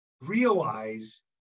realize